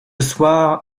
soir